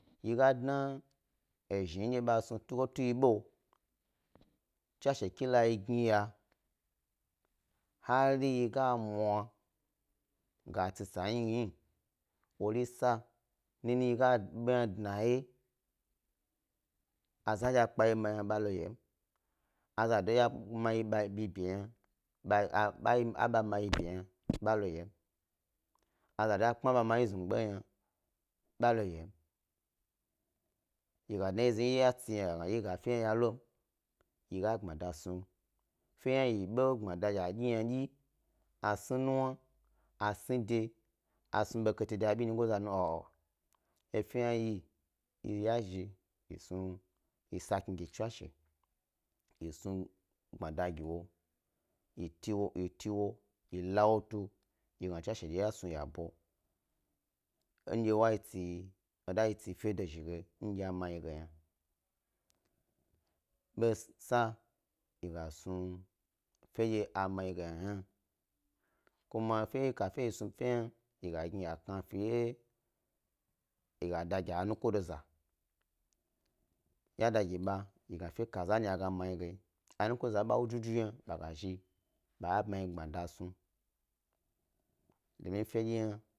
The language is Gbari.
Yi dna ejni ndye bas nu tugo tu yi ɓo, tswashe ke layi gnaya hari yi ga mwa ga tsi sa hni hni wo sa nini yi ga ɓe hna dnawye, a za ndye a kpayi mi yna ba lo yom, azado a bama yi ɓewo yna ɓa lo yom, azado a kpa ɓa ma yi znugba bwa yna ba lo yom. Yi ga gna yi dye ya tsi yna yi ga efe hna ya lom yi ga gbmada snu, efe yi gbmada ɓo a dyi ynadyi, a sni nuwna, a sni de a snu ɓo knate de abi nyigoza yin um a'ah, efe hna yi yi yazhi snu sa kni gi tswashe ya snu yebo ndye wayi tsi fe dozhi gen dye a ma yi ge yna besa yi gas nu efe ndye amayi ge hna kuma kafe yi snu fe hna, yi knafie, ya da yi a nuka yi gna efe kaza hni a ga ma yi ge a nuko z aba wu juju yna bag a zhi babe bmya yi gbmada snu domin fe dye hna.